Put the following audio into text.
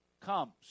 comes